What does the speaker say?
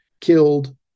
killed